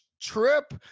trip